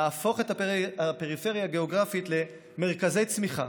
להפוך את הפריפריה הגאוגרפית למרכזי צמיחה